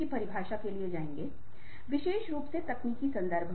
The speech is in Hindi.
यह काला पक्ष है और यह 2006 के विश्व कप फाइनल की बात है